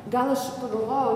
gal aš pagalvojau